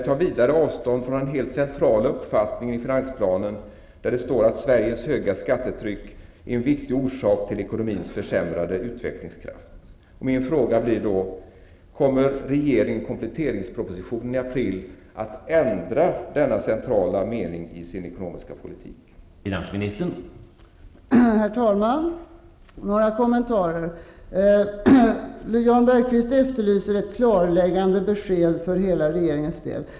Herr talman! Några kommentarer. Jan Bergqvist efterlyser ett klarläggande besked för hela regeringens del.